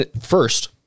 first